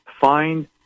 find